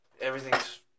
Everything's